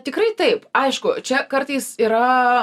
tikrai taip aišku čia kartais yra